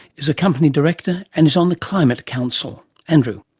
is a company director and is on the climate council. andrew